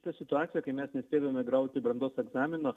ta situacija kai mes nespėdavome grauti brandos egzamino